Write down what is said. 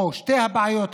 או הבעיות הללו,